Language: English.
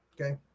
okay